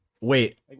Wait